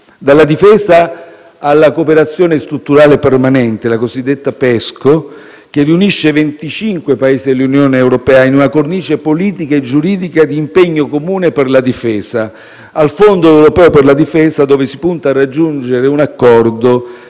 dalla difesa alla cooperazione strutturale permanente - la cosiddetta PESCO - che riunisce 25 Paesi dell'Unione europea in una cornice politica e giuridica di impegno comune per la difesa, al Fondo europeo per la difesa, dove si punta a raggiungere un accordo